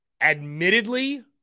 Admittedly